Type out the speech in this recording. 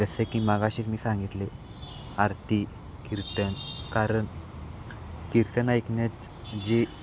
जसे की माघाशीच मी सांगितले आरती कीर्तन कारण कीर्तन ऐकण्यात जी